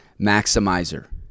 maximizer